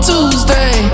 Tuesday